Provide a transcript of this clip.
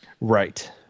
Right